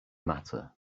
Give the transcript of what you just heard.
matter